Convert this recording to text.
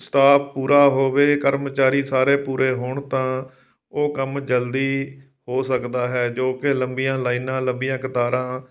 staff ਪੂਰਾ ਹੋਵੇ ਕਰਮਚਾਰੀ ਸਾਰੇ ਪੂਰੇ ਹੋਣ ਤਾਂ ਉਹ ਕੰਮ ਜਲਦੀ ਹੋ ਸਕਦਾ ਹੈ ਜੋ ਕਿ ਲੰਬੀਆਂ ਲਾਈਨਾਂ ਲੰਬੀਆਂ ਕਤਾਰਾਂ